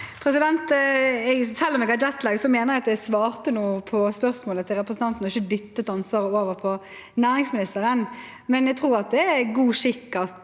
mener jeg at jeg svarte noe på spørsmålet til representanten, og ikke dyttet ansvaret over på næringsministeren. Men jeg tror at det er god skikk at